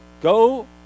go